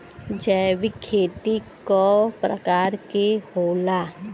जैविक खेती कव प्रकार के होला?